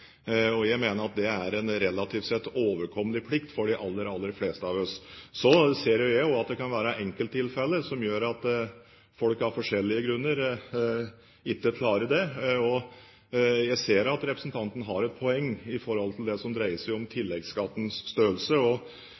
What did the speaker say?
riktige. Jeg mener at det er en relativt sett overkommelig plikt for de aller fleste av oss. Så ser jeg også at det kan være enkelttilfeller som gjør at folk av forskjellige grunner ikke klarer det. Jeg ser at representanten har et poeng når det gjelder det som dreier seg om tilleggsskattens størrelse.